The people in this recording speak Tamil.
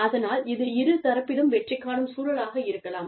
அதனால் இது இரு தரப்பிலும் வெற்றி காணும் சூழலாக இருக்கலாம்